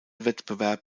wettbewerb